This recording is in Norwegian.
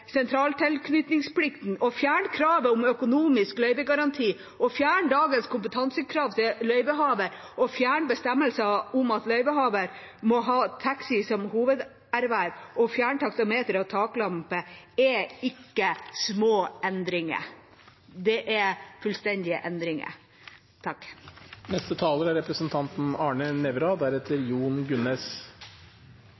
sentraltilknytningsplikten, fjerne kravet om økonomisk løyvegaranti, fjerne dagens kompetansekrav til løyvehaver, fjerne bestemmelsen om at løyvehaver må ha taxi som hovederverv og fjerne taksameter og taklampe, er ikke små endringer. Det er fullstendige endringer. De foreslåtte endringene vil endre landets drosjenæring – det tror jeg mange her i salen er